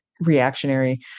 reactionary